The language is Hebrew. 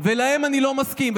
אני לא מסכים,